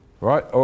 right